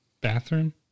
bathroom